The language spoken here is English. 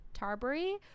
Tarbury